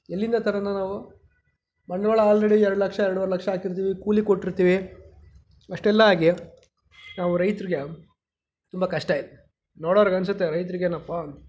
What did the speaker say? ಎಲ್ಲಿಂದ ತರೋದದ್ನ ನಾವು ಬಂಡ್ವಾಳ ಆಲ್ರೆಡಿ ಎರ್ಡು ಲಕ್ಷ ಎರಡ್ವರೆ ಲಕ್ಷ ಹಾಕಿರ್ತೀವಿ ಕೂಲಿಗೆ ಕೊಟ್ಟಿರ್ತೀವಿ ಅಷ್ಟೆಲ್ಲ ಆಗಿ ನಾವು ರೈತರಿಗೆ ತುಂಬ ಕಷ್ಟ ಇದೆ ನೋಡೋರಿಗೆ ಅನ್ನಿಸುತ್ತೆ ರೈತರಿಗೇನಪ್ಪಾ